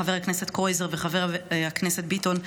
חבר הכנסת קרויזר וחבר הכנסת ביטון,